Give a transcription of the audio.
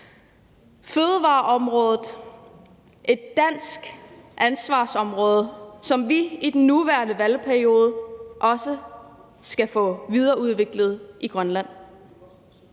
Fødevareområdet er et dansk ansvarsområde, som vi i den nuværende valgperiode også skal have videreudviklet i Grønland.